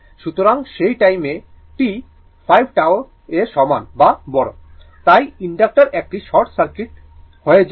সুতরাং সেই টাইমে t 5 τ এর সমান বা বড় তাই ইনডাক্টর একটি শর্ট সার্কিট হয়ে যায় এবং এটি জুড়ে ভোল্টেজ হয় 0